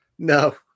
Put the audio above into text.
No